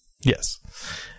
Yes